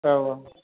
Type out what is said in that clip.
औ औ